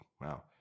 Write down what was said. wow